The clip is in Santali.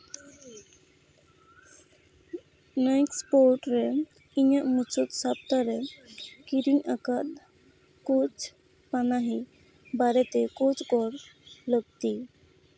ᱱᱮᱠᱥᱯᱳᱨᱴ ᱨᱮ ᱤᱧᱟᱹᱜ ᱢᱩᱪᱟᱫ ᱥᱟᱯᱛᱟ ᱨᱮ ᱠᱤᱨᱤᱧ ᱟᱠᱟᱫ ᱠᱳᱪ ᱯᱟᱱᱟᱦᱤ ᱵᱟᱨᱮᱛᱮ ᱠᱳᱪ ᱠᱚ ᱞᱟᱹᱠᱛᱤ